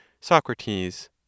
Socrates